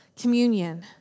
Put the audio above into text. communion